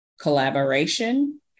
collaboration